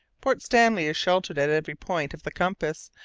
port stanley is sheltered at every point of the compass,